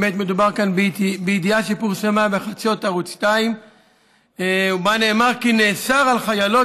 באמת מדובר כאן בידיעה שפורסמה בחדשות ערוץ 2 ובה נאמר כי נאסר על חיילות